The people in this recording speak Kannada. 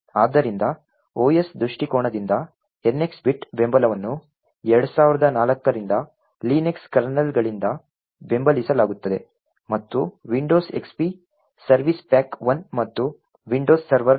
ಆದ್ದರಿಂದ OS ದೃಷ್ಟಿಕೋನದಿಂದ NX ಬಿಟ್ ಬೆಂಬಲವನ್ನು 2004 ರಿಂದ ಲಿನಕ್ಸ್ ಕರ್ನಲ್ಗಳಿಂದ ಬೆಂಬಲಿಸಲಾಗುತ್ತದೆ ಮತ್ತು Windows XP ಸರ್ವಿಸ್ ಪ್ಯಾಕ್ 1 ಮತ್ತು Windows ಸರ್ವರ್ 2003